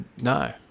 No